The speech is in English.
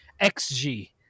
XG